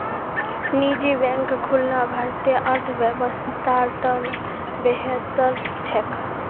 निजी बैंक खुलना भारतीय अर्थव्यवस्थार त न बेहतर छेक